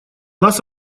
нас